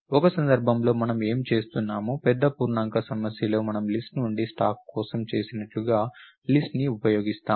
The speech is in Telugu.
ఒక సందర్భంలో మనం ఏమి చేస్తున్నామో పెద్ద పూర్ణాంక సమస్యలో మనము లిస్ట్ నుండి స్టాక్ కోసం చేసినట్లుగా లిస్ట్ ను ఉపయోగిస్తాము